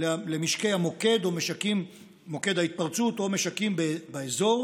למשקי מוקד ההתפרצות או משקים באזור